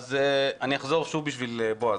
אני אחזור שוב בשביל בועז.